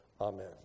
Amen